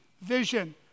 vision